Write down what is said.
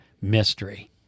mystery